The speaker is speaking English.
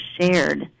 shared